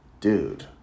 dude